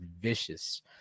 vicious